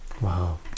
Wow